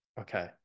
Okay